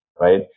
Right